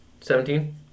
Seventeen